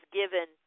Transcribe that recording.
given